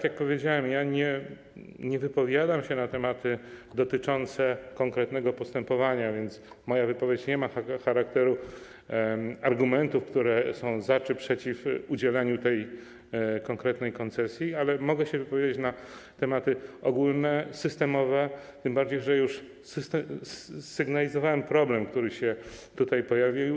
Jak powiedziałem, nie wypowiadam się na tematy dotyczące konkretnego postępowania, więc moja wypowiedź nie ma charakteru argumentów, które są za udzieleniem tej konkretnej koncesji czy przeciw temu, ale mogę się wypowiedzieć na tematy ogólne, systemowe, tym bardziej że już sygnalizowałem problem, który się pojawił.